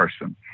person